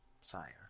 Sire